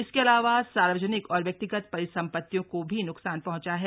इसके अलावा सार्वजनिक और व्यक्तिगत परिसंपतियों को भी न्कसान पहंचा है